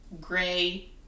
gray